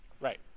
Right